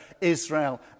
Israel